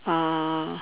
uh